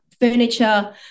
furniture